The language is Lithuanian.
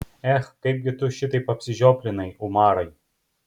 ech kaipgi tu šitaip apsižioplinai umarai